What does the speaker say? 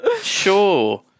Sure